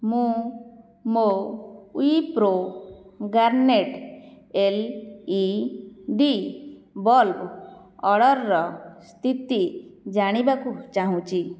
ମୁଁ ମୋ Wipro Garnet L E D bulb ଅର୍ଡ଼ର୍ର ସ୍ଥିତି ଜାଣିବାକୁ ଚାହୁଁଛି